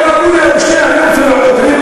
כולי אוזן, אף-על-פי שאתה מסלף את העובדות.